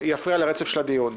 יפריע לרצף של הדיון.